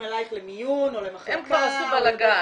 אליך למיון או למחלקה --- הם כבר עשו בלגן.